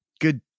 good